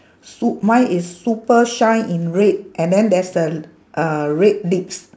sup~ mine is super shine in red and then there's a a red lips